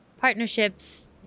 partnerships